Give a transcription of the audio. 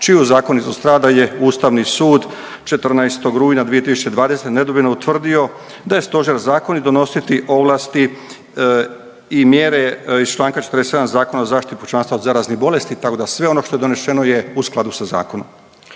čiju zakonitost rada je Ustavni sud 14. rujna 2020. nedvojbeno utvrdio da je stožer zakonit donositi ovlasti i mjere iz čl. 47. Zakona o zaštiti pučanstva od zaraznih bolesti, tako da sve ono što je donešeno je u skladu sa zakonom.